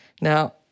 Now